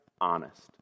honest